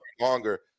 longer